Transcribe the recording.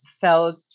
felt